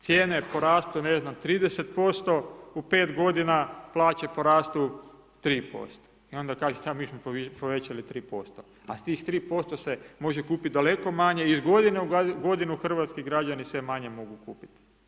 Cijene porastu, ne znam, 30% u 5 godina, plaće porastu 3% i onda kažete mi smo povećali 3%, a s tih 3% se može kupiti daleko manje iz godine u godinu, hrvatski građani sve manje mogu kupiti.